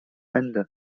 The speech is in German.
ende